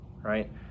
right